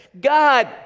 God